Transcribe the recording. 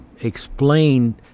explain